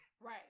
Right